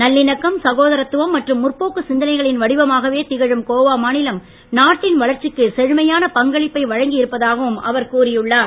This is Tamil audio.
நல்லிணக்கம் சகோதரத்துவம் மற்றும் முற்போக்கு சிந்தனைகளின் வடிவமாகவே திகழும் கோவா மாநிலம் நாட்டின் வளர்ச்சிக்கு செழுமையான பங்களிப்பை வழங்கி இருப்பதாகவும் அவர் கூறியுள்ளார்